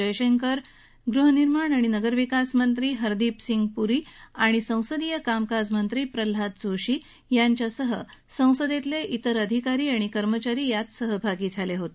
जयशंकर गृहनिर्माण आणि नगरविकास मंत्री हरदीप पुरी आणि संसदीय कामकाज मंत्री प्रल्हाद जोशी यांच्यासह संसदेतले विर अधिकारी आणि कर्मचारी यात सहभागी झाले होते